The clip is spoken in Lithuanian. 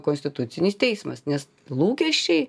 konstitucinis teismas nes lūkesčiai